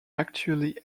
actually